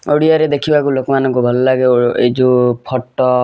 ଓଡ଼ିଆରେ ଦେଖିବାକୁ ଲୋକମାନଙ୍କୁ ଭଲ ଲାଗେ ଏଇ ଯେଉଁ ଫଟୋ